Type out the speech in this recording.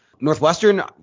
Northwestern